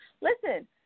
Listen